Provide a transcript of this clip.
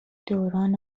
دوران